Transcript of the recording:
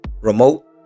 remote